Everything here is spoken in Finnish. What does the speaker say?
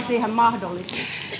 siihen mahdollisuus